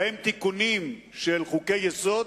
ובהם תיקונים של חוקי-יסוד,